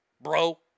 bro